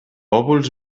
òvuls